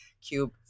Cube